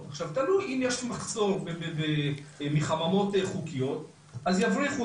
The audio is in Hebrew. אז אם יש מחסור מחממות חוקיות אז יבריחו